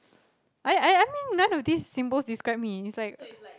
I I I think none of these symbols describe me it's like